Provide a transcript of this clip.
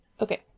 Okay